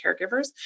caregivers